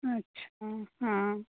अच्छा हाँ